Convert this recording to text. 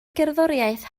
gerddoriaeth